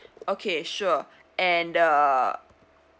okay sure and uh